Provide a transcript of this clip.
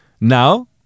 Now